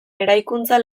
eraikuntza